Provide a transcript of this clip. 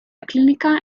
clínica